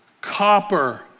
copper